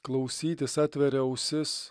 klausytis atveria ausis